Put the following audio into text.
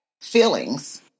feelings